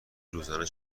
روزانه